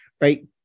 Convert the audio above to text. right